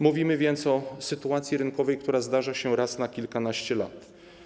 Mówimy więc o sytuacji rynkowej, która zdarza się raz na kilkanaście lat.